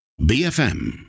BFM